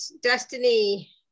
Destiny